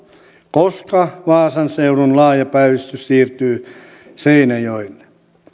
koska vaasan seudun laaja päivystys siirtyy seinäjoelle